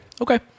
Okay